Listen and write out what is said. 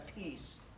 peace